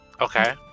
Okay